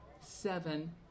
seven